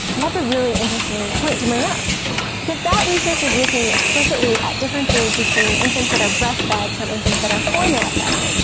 and that's a really interesting point to bring up because that research is looking explicitly at differences between infants that are breastfed from infants that are formula-fed,